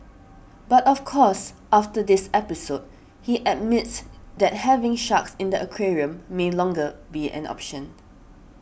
but of course after this episode he admits that having sharks in the aquarium may longer be an option